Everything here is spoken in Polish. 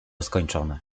skończone